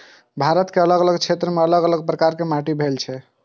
भारत मे अलग अलग क्षेत्र मे अलग अलग प्रकारक माटि भेटै छै